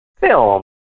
film